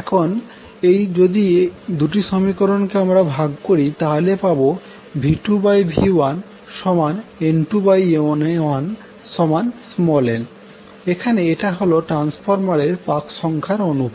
এখন যদি দুটি সমীকরণকে আমরা ভাগ করি তাহলে পাবো v2v1N2N1n এখানে এটা হল ট্রান্সফরমারের পাক সংখ্যার অনুপাত